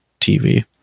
TV